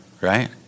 right